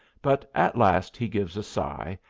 but at last he gives a sigh,